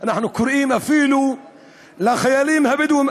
אנחנו קוראים אפילו לחיילים הבדואים,